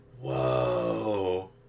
Whoa